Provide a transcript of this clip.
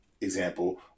example